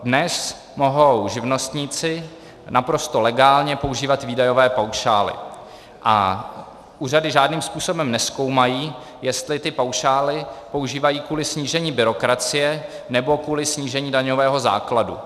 Dnes mohou živnostníci naprosto legálně používat výdajové paušály a úřady žádným způsobem nezkoumají, jestli ty paušály používají kvůli snížení byrokracie, nebo kvůli snížení daňového základu.